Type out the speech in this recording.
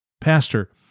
Pastor